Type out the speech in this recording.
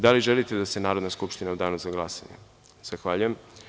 Da li želite da se Narodna skupština u danu za glasanje izjasni? (Ne) Zahvaljujem.